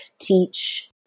teach